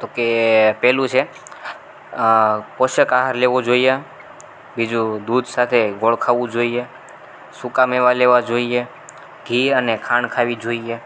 તો કહે પહેલું છે પોષક આહાર લેવો જોઈએ બીજું દૂધ સાથે ગોળ ખાવું જોઈએ સૂકા મેવા લેવા જોઈએ ઘી અને ખાંડ ખાવી જોઈએ